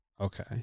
Okay